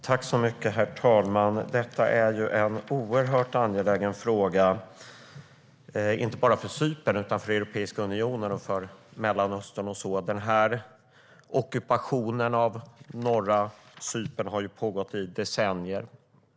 Herr talman! Detta är en oerhört angelägen fråga inte bara för Cypern utan för Europeiska unionen, Mellanöstern och så vidare. Ockupationen av norra Cypern har pågått i decennier.